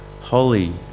holy